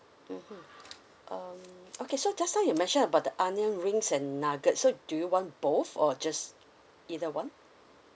mmhmm um okay so just now you mention about the onion rings and nuggets so do you want both or just either one